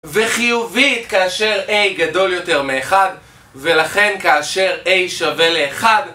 וחיובית כאשר A גדול יותר מאחד ולכן כאשר A שווה לאחד